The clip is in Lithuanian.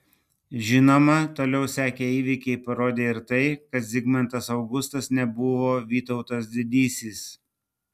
žinoma toliau sekę įvykiai parodė ir tai kad zigmantas augustas nebuvo vytautas didysis